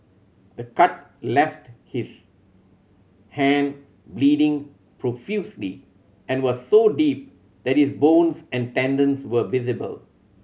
the cut left his hand bleeding profusely and was so deep that his bones and tendons were visible